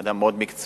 אדם מאוד מקצועי,